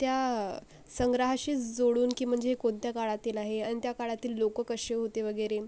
त्या संग्रहाशीस जोडून की म्हणजे कोणत्या काळातील आहे आणि त्या काळातील लोकं कसे होते वगैरे